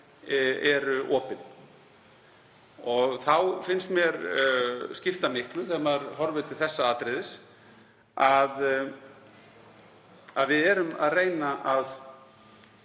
eru opin. Þá finnst mér skipta miklu, þegar maður horfir til þessa atriðis, að við erum að reyna að